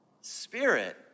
Spirit